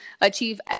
achieve